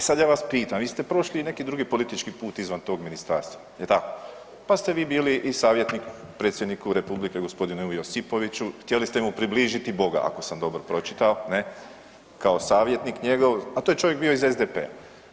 I sad ja vas pitam, vi ste prošli i neki drugi politički put izvan tog ministarstva, jel tako, pa ste vi bili i savjetnika predsjedniku Republike g. Ivi Josipoviću, htjeli ste mu približiti Boga ako sam dobro pročitao ne, kao savjetnik njegov, a to je čovjek bio iz SDP-a.